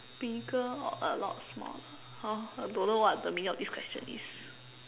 bigger or a lot smaller !huh! I don't know what the meaning of this question is